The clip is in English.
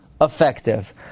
effective